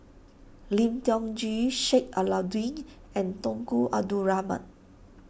Lim Tiong Ghee Sheik Alau'ddin and Tunku Abdul Rahman